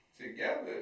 together